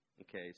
Okay